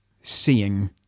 seeing